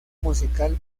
musical